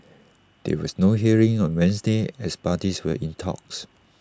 there was no hearing on Wednesday as parties were in talks